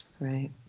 Right